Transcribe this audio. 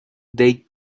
they